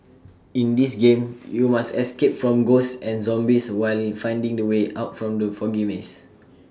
in this game you must escape from ghosts and zombies while finding the way out from the foggy maze